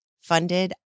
funded